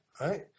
right